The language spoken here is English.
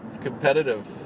competitive